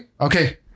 okay